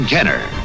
Kenner